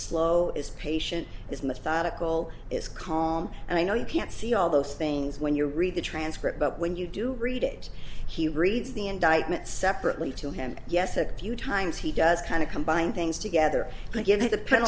slow as patient is methodical is calm and i know you can't see all those things when you read the transcript but when you do read it he reads the indictment separately to him yes a few times he does kind of combine things together